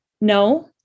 no